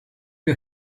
you